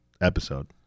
episode